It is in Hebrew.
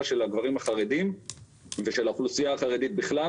של הגברים החרדים ושל האוכלוסייה החרדית בכלל,